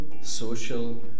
social